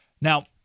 Now